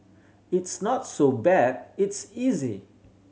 it's not so bad it's easy